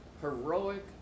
heroic